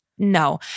No